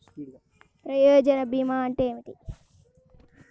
ప్రయోజన భీమా అంటే ఏమిటి?